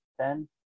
ten